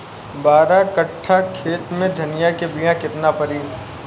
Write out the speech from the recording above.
बारह कट्ठाखेत में धनिया के बीया केतना परी?